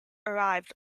arrived